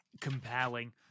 compelling